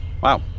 Wow